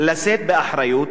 לשאת באחריות: